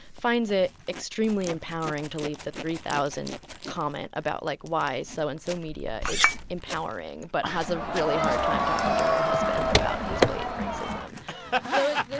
finds it extremely empowering to leave the three thousandth comment about, like, why so-and-so so and so media is empowering. but has a really hard time talking to her husband about his blatant racism so it's this,